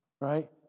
right